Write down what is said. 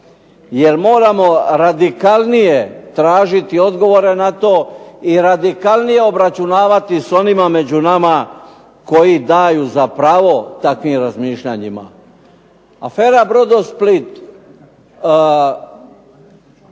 Jer moramo radikalnije tražiti odgovore na to i radikalnije obračunavati s onima među nama koji daju za pravo takvim razmišljanjima. Afera Brodosplit